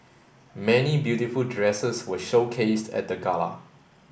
many beautiful dresses were showcased at the gala